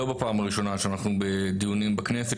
לא פעם ראשונה שאנחנו בדיונים בכנסת,